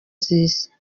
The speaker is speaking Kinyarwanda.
z’isi